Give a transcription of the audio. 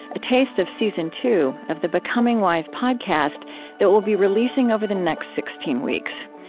a taste of season two of the becoming wise podcast that we'll be releasing over the next sixteen weeks.